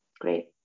great